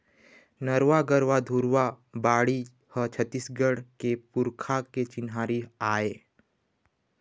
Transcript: नरूवा, गरूवा, घुरूवा, बाड़ी ह छत्तीसगढ़ के पुरखा के चिन्हारी आय